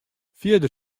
fierder